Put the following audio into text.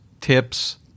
tips